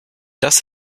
das